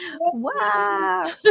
Wow